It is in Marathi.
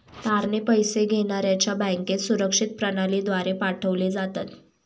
तारणे पैसे घेण्याऱ्याच्या बँकेत सुरक्षित प्रणालीद्वारे पाठवले जातात